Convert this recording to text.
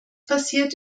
passiert